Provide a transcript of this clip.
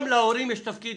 גם להורים יש תפקיד